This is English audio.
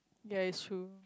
ya is true